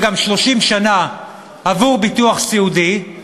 וגם 30 שנה עבור ביטוח סיעודי,